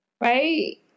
Right